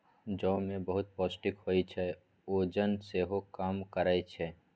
जौ मे बहुत पौष्टिक होइ छै, ओजन सेहो कम करय छै